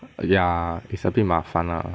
ya is a bit 麻烦 lah